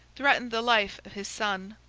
threatened the life of his son,